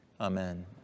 Amen